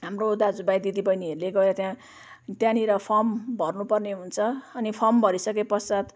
हाम्रो दाजुभाइ दिदीबहिनीहरूले गएर त्यहाँ त्यहाँनिर फर्म भर्नुपर्ने हुन्छ अनि फर्म भरिसकेपश्चात्